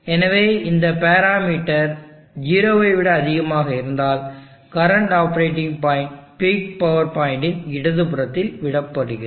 எனவே இந்த பேராமீட்டர் 0 ஐ விட அதிகமாக இருந்தால் current operating point peak power point இன் இடதுபுறத்தில் விடப்படுகிறது